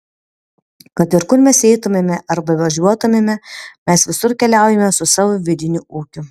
kad ir kur mes eitumėme ar bevažiuotumėme mes visur keliaujame su savo vidiniu ūkiu